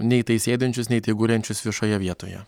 nei tai sėdinčius nei tai gulinčius viešoje vietoje